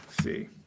see